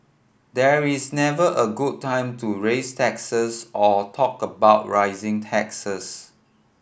there is never a good time to raise taxes or talk about rising taxes